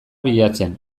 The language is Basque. bilatzen